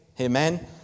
amen